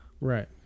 Right